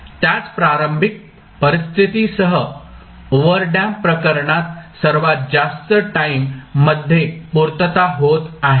त्याच प्रारंभिक परिस्थितीसह ओव्हरडॅम्प्ड प्रकरणात सर्वात जास्त टाईम मध्ये पुर्तता होत आहे